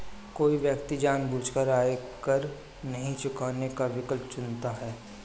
कोई व्यक्ति जानबूझकर आयकर नहीं चुकाने का विकल्प चुनता है